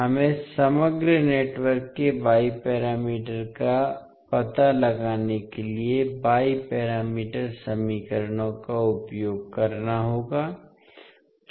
हमें समग्र नेटवर्क के y पैरामीटर का पता लगाने के लिए y पैरामीटर समीकरणों का उपयोग करना होगा